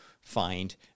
find